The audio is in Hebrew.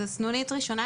זאת סנונית ראשונה,